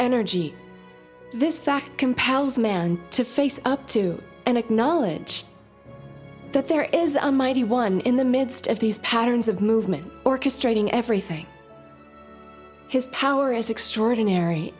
energy this fact compels man to face up to and acknowledge that there is a mighty one in the midst of these patterns of movement orchestrating everything his power is extraordinary